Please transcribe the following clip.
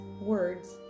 words